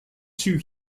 two